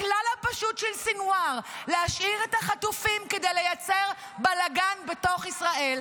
הכלל הפשוט של סנוואר להשאיר את החטופים כדי לייצר בלגן בתוך ישראל,